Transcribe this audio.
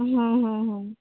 হুম হুম হুম